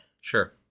Sure